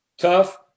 Tough